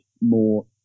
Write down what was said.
more